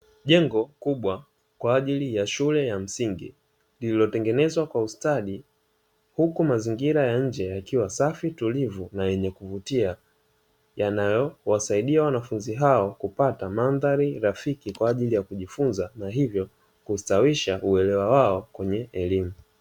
Jengo kubwa kwa ajili ya shule ya msingi lililotengenezwa kwa ustadi huku mazingira ya nje yakiwa safi, tulivu na yenye kuvutia, yanayowasaidia wanafunzi hao kupata mandhari rafiki kwa ajili ya kujifunza na hivyo kustawisha uelewa wao kwenye elimu.